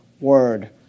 word